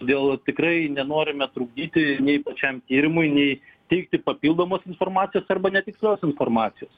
todėl tikrai nenorime trukdyti nei pačiam tyrimui nei teikti papildomos informacijos arba netikslios informacijos